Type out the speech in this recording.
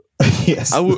Yes